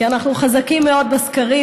כי אנחנו חזקים מאוד בסקרים,